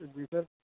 जी sir